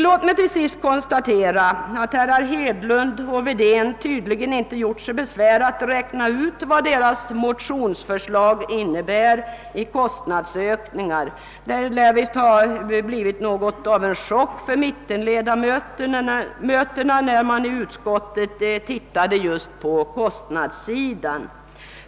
Låt mig till sist konstatera att herrar Hedlund och Wedén tydligen inte gjort sig besväret att räkna ut vad deras motionsförslag innebär i form av kostnadsökningar. Mittenledamöterna lär ha fått något av en chock när man i utskottet kom in på kostnadssidan.